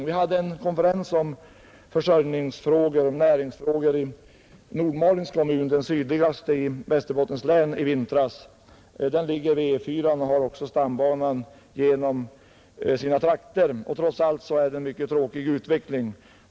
Vi hade i vintras en konferens om försörjningsfrågor och näringsfrågor i Nordmalings kommun, den sydligaste kommunen i Västerbottens län. Den ligger vid E 4, och stambanan går också genom dessa trakter. Utvecklingen är onekligen mycket tråkig.